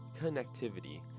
connectivity